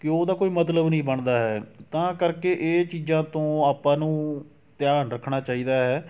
ਕਿ ਉਹਦਾ ਕੋਈ ਮਤਲਬ ਨਹੀਂ ਬਣਦਾ ਹੈ ਤਾਂ ਕਰਕੇ ਇਹ ਚੀਜ਼ਾਂ ਤੋਂ ਆਪਾ ਨੂੰ ਧਿਆਨ ਰੱਖਣਾ ਚਾਹੀਦਾ ਹੈ